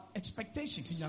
expectations